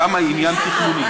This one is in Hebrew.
התמ"א היא עניין תכנוני.